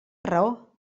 raó